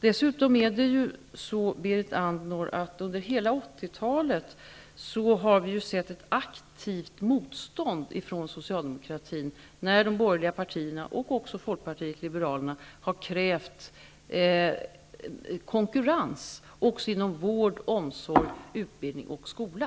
Dessutom är det ju så, Berit Andnor, att under hela 80-talet har vi sett ett aktivt motstånd från socialdemokratin när de borgerliga partierna -- även Folkpartiet liberalerna -- har krävt konkurrens också inom vård, omsorg, utbildning och skola.